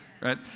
right